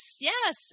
Yes